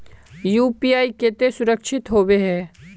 UPI केते सुरक्षित होबे है?